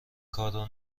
کارو